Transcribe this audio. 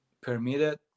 permitted